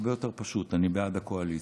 הרבה יותר פשוט, אני בעד הקואליציה.